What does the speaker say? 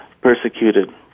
persecuted